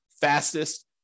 fastest